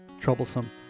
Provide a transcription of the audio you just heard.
troublesome